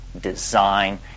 design